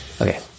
Okay